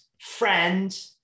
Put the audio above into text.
friend